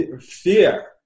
Fear